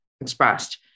expressed